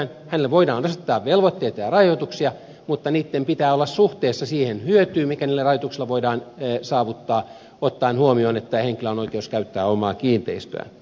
hänelle voidaan asettaa velvoitteita ja rajoituksia mutta niitten pitää olla suhteessa siihen hyötyyn mikä niillä rajoituksilla voidaan saavuttaa ottaen huomioon että henkilöllä on oikeus käyttää omaa kiinteistöään